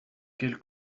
quelle